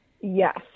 Yes